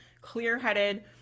clear-headed